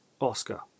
oscar